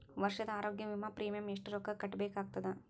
ವರ್ಷದ ಆರೋಗ್ಯ ವಿಮಾ ಪ್ರೀಮಿಯಂ ಎಷ್ಟ ರೊಕ್ಕ ಕಟ್ಟಬೇಕಾಗತದ?